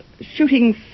shooting